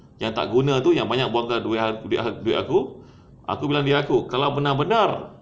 yang tak guna tu yang banyak buangkan duit aku tu duit aku aku bilang diri aku kalau benar-benar